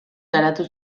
garatu